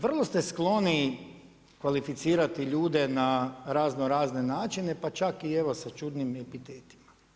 Vrlo ste skloni kvalificirati ljude na razno razne način, pa čak i evo se čudim i epitetima.